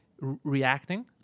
reacting